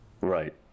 Right